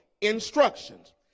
instructions